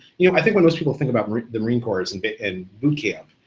you know, i think when most people think about the marine corps and but and boot camp,